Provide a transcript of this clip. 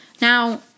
Now